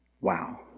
Wow